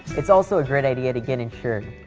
it's also a great idea to get insured,